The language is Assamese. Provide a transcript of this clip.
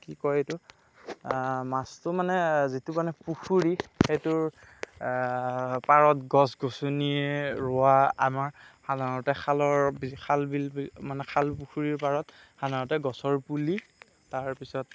কি কয় এইটো মাছটো মানে যিটো মানে পুখুৰি সেইটোৰ পাৰত গছ গছনিৰে ৰোৱা আমাৰ সাধাৰণতে খালৰ খাল বিল মানে খাল পুখুৰিৰ পাৰত সাধাৰণতে গছৰ পুলি তাৰপিছত